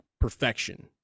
perfection